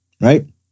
Right